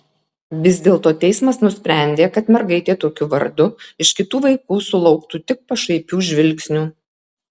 vis dėlto teismas nusprendė kad mergaitė tokiu vardu iš kitų vaikų sulauktų tik pašaipių žvilgsnių